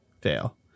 Fail